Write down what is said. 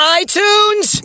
iTunes